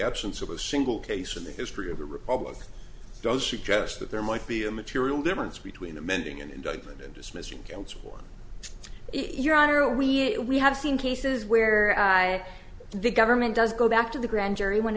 absence of a single case in the history of the republic does she just that there might be a material difference between amending an indictment and dismissing guilty or your honor we we have seen cases where the government does go back to the grand jury when